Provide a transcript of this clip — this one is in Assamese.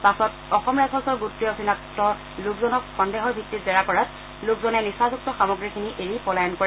পাছত অসম ৰাইফলছৰ গোটটোৱে অচিনাক্ত লোকজনক সন্দেহৰ ভিত্তিত জেৰা কৰাত লোকজনে নিচাযুক্ত সামগ্ৰীখিনি এৰি পলায়ন কৰে